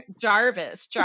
Jarvis